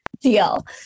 Deal